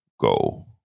go